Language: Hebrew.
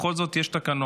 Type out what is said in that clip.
בכל זאת, יש תקנון.